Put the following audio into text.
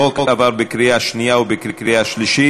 החוק עבר בקריאה שנייה ובקריאה שלישית.